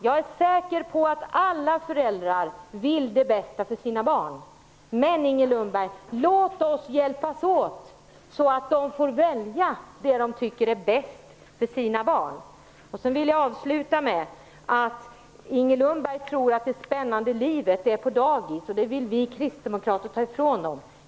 Jag är säker på att alla föräldrar vill det bästa för sina barn. Men låt oss hjälpas åt så att de får välja det de tycker är bäst för sina barn, Inger Lundberg! Inger Lundberg tror att det spännande livet finns på dagis, och hon säger att vi kristdemokrater vill ta ifrån barnen det.